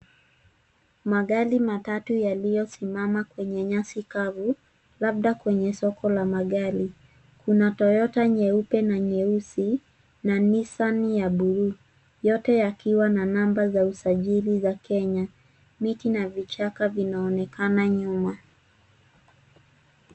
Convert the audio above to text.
Magari matatu yaliosimama kwenye nyasi kavu, labda kwenye soko la magari. Kuna Toyota nyeupe, na nyeusi, na Nissan ya blue , yote yakiwa na namba za usajili za Kenya. Miti na vichaka vinaonekana nyuma.